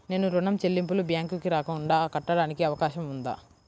నేను ఋణం చెల్లింపులు బ్యాంకుకి రాకుండా కట్టడానికి అవకాశం ఉందా?